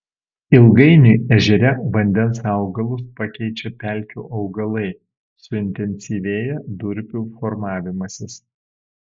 ilgainiui ežere vandens augalus pakeičia pelkių augalai suintensyvėja durpių formavimasis